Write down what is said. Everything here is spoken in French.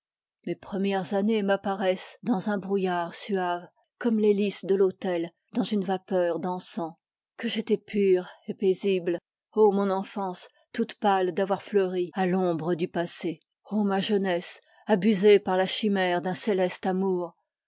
mes premières années m'apparaissent dans un brouillard suave comme les lis de l'autel dans une vapeur d'encens que j'étais pur et paisible ô mon enfance toute pâle d'avoir fleuri à l'ombre du passé ô ma jeunesse abusée par la chimère d'un céleste amour